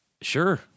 sure